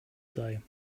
sei